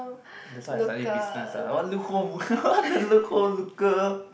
that's why I study business lah what look hole what the look hole looker